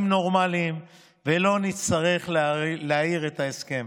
נורמליים ולא נצטרך להאריך את ההסכם.